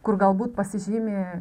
kur galbūt pasižymi